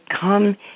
come